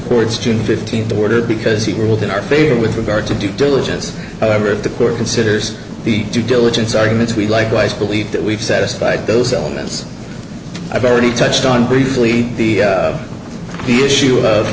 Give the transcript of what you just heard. court's june fifteenth order because he ruled in our favor with regard to do diligence however if the court considers the due diligence arguments we likewise believe that we've satisfied those elements i've already touched on briefly the key issue of